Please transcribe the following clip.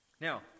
Now